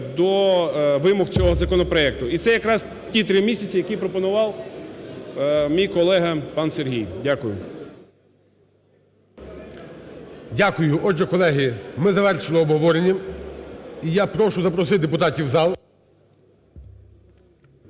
до вимог цього законопроекту. І це якраз ті 3 місяці, які пропонував мій колега пан Сергій. Дякую. ГОЛОВУЮЧИЙ. Дякую. Отже, колеги, ми завершили обговорення і я прошу запросити депутатів в зал.